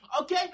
Okay